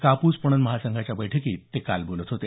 कापूस पणन महासंघाच्या बैठकीत ते काल बोलत होते